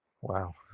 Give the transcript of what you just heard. Wow